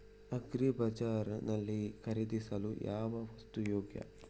Agri bazaar ನಲ್ಲಿ ಖರೀದಿಸಲು ಯಾವ ವಸ್ತು ಯೋಗ್ಯ?